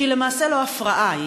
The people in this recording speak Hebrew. שהיא למעשה לא הפרעה,